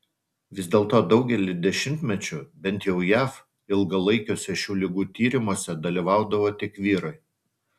vis dėlto daugelį dešimtmečių bent jau jav ilgalaikiuose šių ligų tyrimuose dalyvaudavo tik vyrai